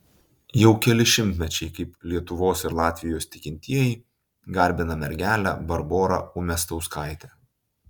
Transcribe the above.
jau keli šimtmečiai kaip lietuvos ir latvijos tikintieji garbina mergelę barborą umiastauskaitę